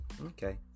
Okay